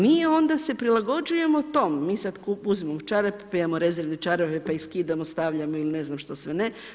Mi onda se prilagođavamo tome, mi sad uzimamo čarape, imamo rezervne čarape, pa ih skidamo, stavljamo ili ne znam što sve ne.